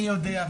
אני יודע,